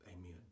Amen